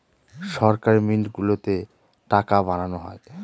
সরকারি মিন্ট গুলোতে টাকা বানানো হয়